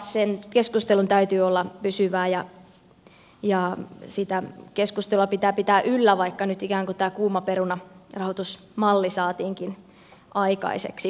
sen keskustelun täytyy olla pysyvää ja sitä keskustelua pitää pitää yllä vaikka nyt ikään kuin tämä kuuma peruna rahoitusmalli saatiinkin aikaiseksi